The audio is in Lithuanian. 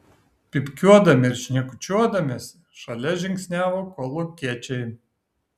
pypkiuodami ir šnekučiuodamiesi šalia žingsniavo kolūkiečiai